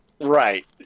Right